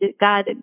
God